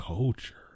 culture